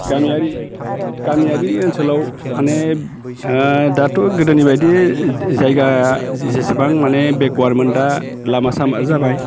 गामियारि ओनसोलाव माने दाथ' गोदोनिबायदि जायगा जेसेबां माने बेकवार्दमोन दा लामा सामा जाबाय